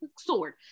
Sword